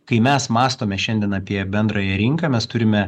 kai mes mąstome šiandien apie bendrąją rinką mes turime